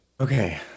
Okay